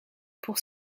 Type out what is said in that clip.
pour